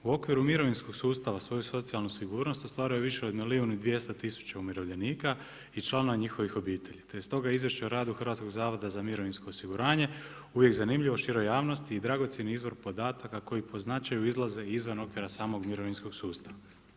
U okviru mirovinskog sustava, svoju socijalnu sigurnost ostvaruje više od milijun i 200 tisuća umirovljenika i članova njihove obitelji, te je stoga izvješće o radu Hrvatskog zavoda za mirovinsko osiguranje uvijek zanimljivo široj javnosti i dragocjeni izvor podataka koji po značaju izlaze izvan okvira samog mirovinskog sustava.